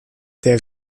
der